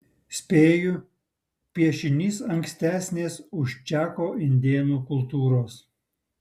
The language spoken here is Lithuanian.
spėju piešinys ankstesnės už čako indėnų kultūros